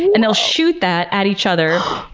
and they'll shoot that at each other,